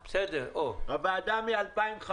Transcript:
הוועדה היא מ-2015.